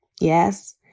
Yes